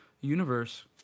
universe